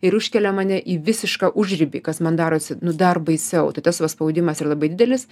ir užkelia mane į visišką užribį kas man darosi nu dar baisiau tai tas va spaudimas yra labai didelis